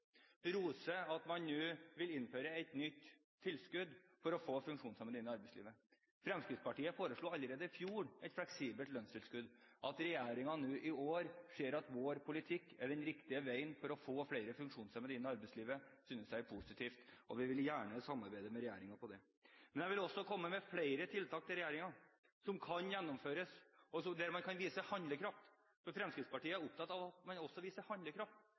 rose regjeringen på ett område, nemlig at man nå vil innføre et nytt tilskudd for å få funksjonshemmede inn i arbeidslivet. Fremskrittspartiet foreslo allerede i fjor et fleksibelt lønnstilskudd. At regjeringen nå i år ser at vår politikk er den riktige veien for å få flere funksjonshemmede inn i arbeidslivet, synes jeg er positivt, og vi vil gjerne samarbeide med regjeringen om det. Men jeg vil også komme med flere tiltak til regjeringen, som kan gjennomføres, og der man kan vise handlekraft, for Fremskrittspartiet er opptatt av at man også viser handlekraft